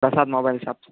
Prasad mobile shops